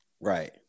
Right